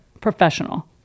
Professional